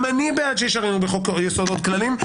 גם אני בעד שישריינו בחוק יסוד עוד כללים,